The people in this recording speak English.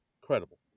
Credible